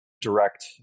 direct